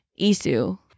Isu